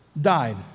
Died